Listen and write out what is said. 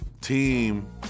team